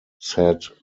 said